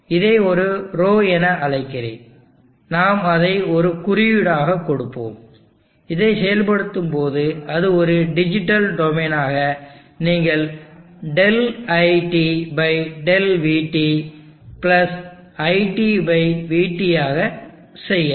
இதை ஒரு ρ என அழைக்கிறேன் நாம் அதை ஒரு குறியீடாகக் கொடுப்போம் இதை செயல்படுத்தும்போது அது ஒரு டிஜிட்டல் டொமைன் ஆக நீங்கள் ∆iT∆vT iTvT ஆக செய்யலாம்